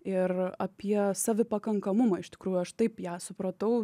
ir apie savipakankamumą iš tikrųjų aš taip ją supratau